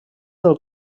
del